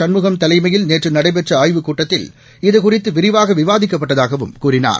சண்முகம் தலைமையில் நேற்று நடைபெற்ற ஆய்வுக் கூட்டத்தில் இதுகுறித்து விரிவாக விவாதிக்கப்பட்டதாகவும் கூறினார்